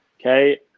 Okay